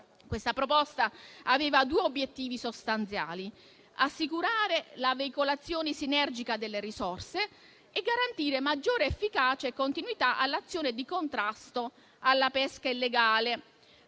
Tale proposta aveva due obiettivi sostanziali: assicurare la veicolazione sinergica delle risorse e garantire maggiore efficacia e continuità all'azione di contrasto alla pesca illegale